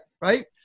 right